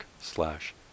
slash